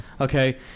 Okay